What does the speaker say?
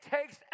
takes